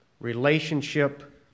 relationship